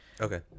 Okay